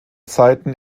zeiten